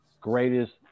greatest